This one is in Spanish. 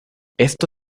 esto